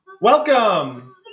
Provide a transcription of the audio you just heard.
Welcome